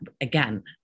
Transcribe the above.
again